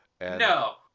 No